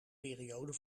periode